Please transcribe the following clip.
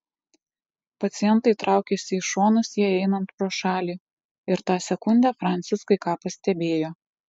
pacientai traukėsi į šonus jai einant pro šalį ir tą sekundę francis kai ką pastebėjo